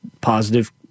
positive